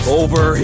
over